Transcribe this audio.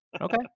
Okay